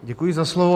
Děkuji za slovo.